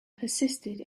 persisted